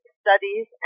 studies